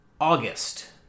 August